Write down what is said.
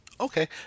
Okay